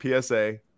PSA